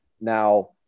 now